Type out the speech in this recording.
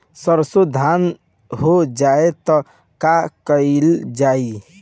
सरसो धन हो जाई त का कयील जाई?